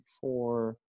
four